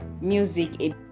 music